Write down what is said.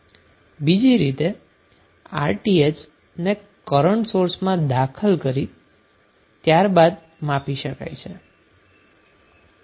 બીજી રીતે Rthને કરન્ટ સોર્સમાં દાખલ કરી અને ત્યારબાદ માપી શકાય છે